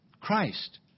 Christ